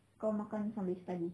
kau makan sambil study